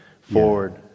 forward